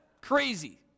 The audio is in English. crazy